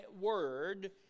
word